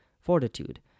fortitude